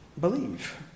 believe